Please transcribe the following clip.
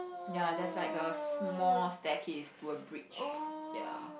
ya there's like a small staircase to a bridge